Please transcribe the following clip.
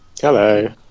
Hello